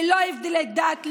ללא הבדלי דת,